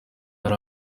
hari